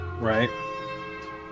Right